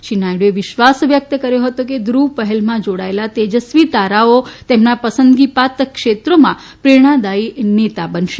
શ્રી નાયડુએ વિશ્વાસ વ્યકત કર્યો હતો કે ધુવ પહેલમાં ોડાયેલા તે સ્વી તારાઓ તેમના પસંદગી પાત્ર ક્ષેત્રોમાં પ્રેરણાદાયી નેતા બનશે